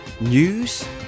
news